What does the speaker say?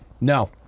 No